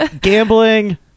Gambling